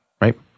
Right